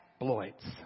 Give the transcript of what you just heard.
exploits